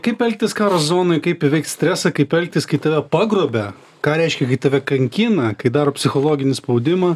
kaip elgtis karo zonoj kaip įveikt stresą kaip elgtis kai tave pagrobia ką reiškia kai tave kankina kai daro psichologinį spaudimą